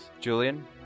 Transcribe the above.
Julian